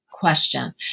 Question